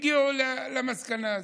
הגיעו למסקנה הזאת.